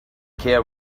care